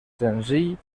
senzill